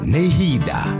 Nehida